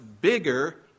bigger